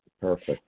perfect